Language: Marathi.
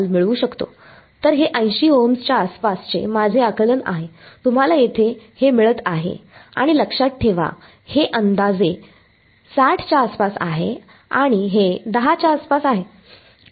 तर हे 80 ओहम्स च्या आसपासचे माझे आकलन आहे तुम्हाला येथे हे मिळते आणि लक्षात ठेवा हे अंदाजे 60 च्या आसपास आहे आणि हे 10 च्या आसपास आहे